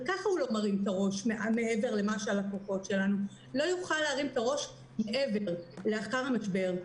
גם כך הוא לא מרים את הראש והוא לא יוכל לעשות זאת מעבר לאחר המשבר.